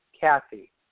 Kathy